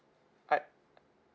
I